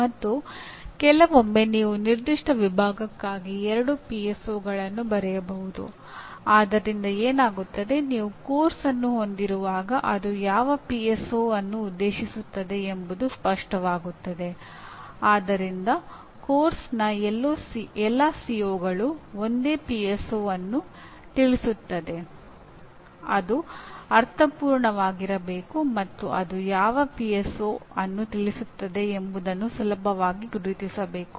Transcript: ಮತ್ತು ಕೆಲವೊಮ್ಮೆ ನೀವು ನಿರ್ದಿಷ್ಟ ವಿಭಾಗಕ್ಕಾಗಿ 2 ಪಿಎಸ್ಒಗಳನ್ನು ಅನ್ನು ತಿಳಿಸುತ್ತದೆ ಎಂಬುದನ್ನು ಸುಲಭವಾಗಿ ಗುರುತಿಸಬೇಕು